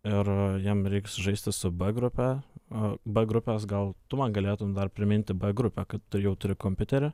ir jiem reiks žaisti su b grupe o b grupės gal tu man galėtum dar priminti b grupę kad tu jau turi kompiuterį